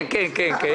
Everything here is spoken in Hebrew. כן, כן.